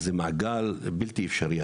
אז מדובר במעגל בלתי אפשרי.